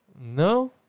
No